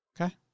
okay